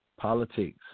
politics